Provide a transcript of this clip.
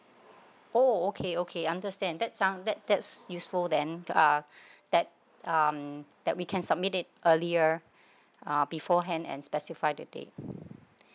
oh okay okay understand that some that that's useful then uh that um that we can submit it earlier uh beforehand and specify the date